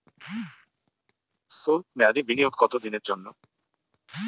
সল্প মেয়াদি বিনিয়োগ কত দিনের জন্য?